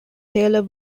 taylor